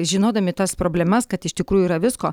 žinodami tas problemas kad iš tikrųjų yra visko